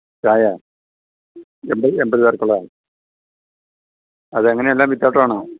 ചായ എന്ത് എന്ത് കടുപ്പമുള്ളത് അതെങ്ങനെയാണ് എല്ലാം വിത്തൗട്ട് ആണോ